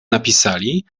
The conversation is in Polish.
napisali